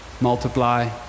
multiply